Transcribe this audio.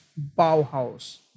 Bauhaus